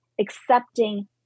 accepting